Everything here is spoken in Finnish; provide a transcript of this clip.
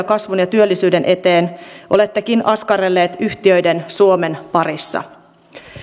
kasvun ja työllisyyden eteen olettekin askarrelleet yhtiöiden suomen parissa